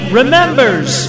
remembers